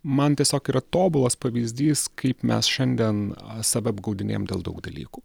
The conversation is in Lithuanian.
man tiesiog yra tobulas pavyzdys kaip mes šiandien save apgaudinėjam dėl daug dalykų